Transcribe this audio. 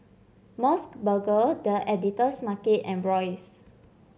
MOS burger The Editor's Market and Royce